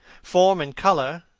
form and colour